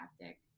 tactic